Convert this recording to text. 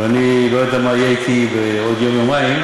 ואני לא יודע מה יהיה אתי בעוד יום-יומיים,